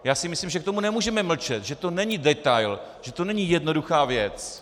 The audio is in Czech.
Já si myslím, že k tomu nemůžeme mlčet, že to není detail, že to není jednoduchá věc.